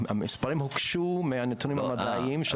המספרים הוקשו מהנתונים המדעיים.